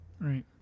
Right